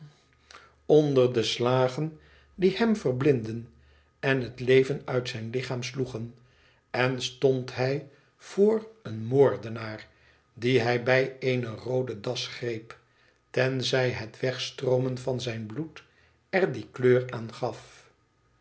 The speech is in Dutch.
vriend slagen die hem verblindden en het leven uit zijn lichaam sloegen en stond hij voor een moordenaar dien hij bij eene roode das greep tenzij het wegstroomen van zijn bloed er die kleur aan gaf